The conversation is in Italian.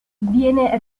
viene